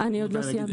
אני עוד לא סיימתי.